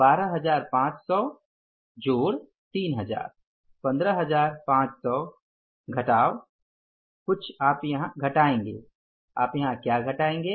12500 जोड़ 3000 15500 घटाव कुछ आप यहां क्या घटाएंगे